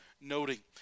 noting